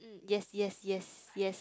yes yes yes yes